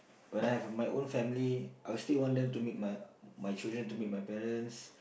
when I have my own family I will still want them to meet my my children to meet my parents